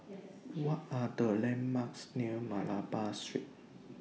What Are The landmarks near Malabar Street